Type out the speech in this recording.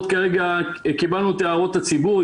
קיבלנו את הערות הציבור.